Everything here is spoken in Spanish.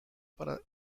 para